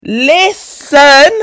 Listen